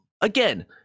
Again